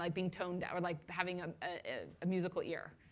like being tone deaf or like having ah a a musical ear.